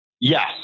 Yes